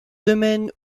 domaine